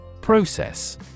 Process